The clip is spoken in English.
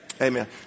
Amen